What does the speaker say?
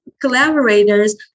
collaborators